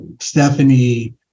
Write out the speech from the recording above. Stephanie